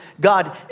God